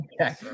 Okay